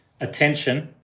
attention